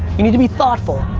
you need to be thoughtful,